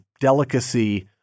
delicacy